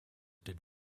did